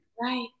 Right